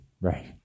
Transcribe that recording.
right